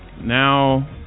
Now